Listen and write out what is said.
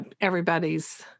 everybody's